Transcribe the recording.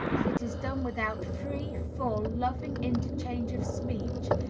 if it is done without free, full, loving interchange of speech,